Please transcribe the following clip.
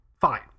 Fine